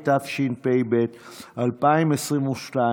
התשפ"ב 2022,